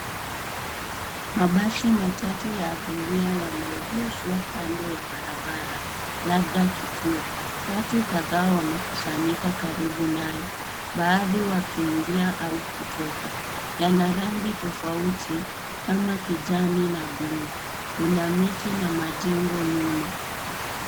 Mabasi matatu ya abira yameegeshwa kando ya barabara, labda kituo. Watu kadhaa wamekusanyika karibu nayo, baadhi wakiingia au kutoka. Yana rangi tofauti kama kijani na blue , kuna miti na majengo nyuma.